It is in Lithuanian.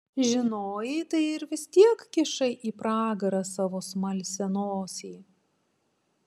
žinojai tai ir vis tiek kišai į pragarą savo smalsią nosį